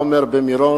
לסדר-היום: